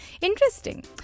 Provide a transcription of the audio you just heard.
Interesting